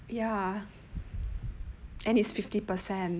ya and it's fifty percent